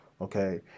okay